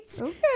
okay